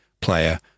player